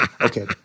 Okay